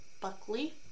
Buckley